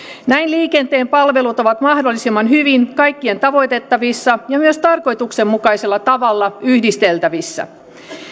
näin liikenteen palvelut ovat mahdollisimman hyvin kaikkien tavoitettavissa ja myös tarkoituksenmukaisella tavalla yhdisteltävissä